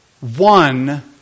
one